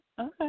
Okay